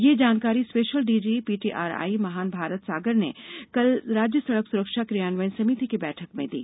ये जानकारी special DG PTRI Mahan Bharat Sagar ने कल राज्य सड़क सुरक्षा क्रियान्वयन समिति की बैठक में दी